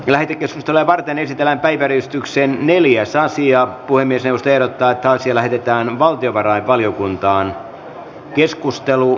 lähetekeskustelua varten esitellään taideristykseen neljässä asian puhemiesneuvosto ehdottaa että asia lähetetään valtiovarainvaliokuntaan